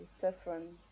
different